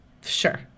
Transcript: sure